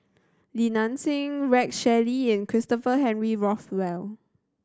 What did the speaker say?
Li Nanxing Rex Shelley and Christopher Henry Rothwell